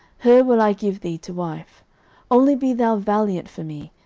her will i give thee to wife only be thou valiant for me,